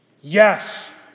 Yes